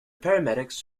paramedics